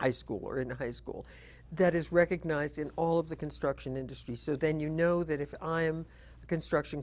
i school or in a high school that is recognized in all of the construction industry so then you know that if i am a construction